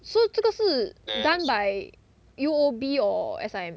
so 这个是 done by U_O_B or S_I_M